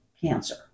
cancer